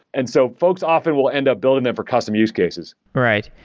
and so folks often will end up building them for custom use cases. right.